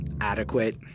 adequate